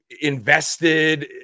invested